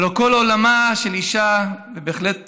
הלוא כל עולמה של אישה, ובהחלט